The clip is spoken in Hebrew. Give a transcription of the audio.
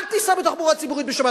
אל תיסע בתחבורה ציבורית בשבת,